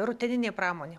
rutininė pramonė